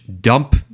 dump